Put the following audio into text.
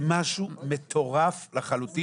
זה משהו מטורף לחלוטין.